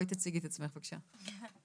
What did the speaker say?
תציגי את עצמך בבקשה.